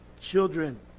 children